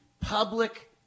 public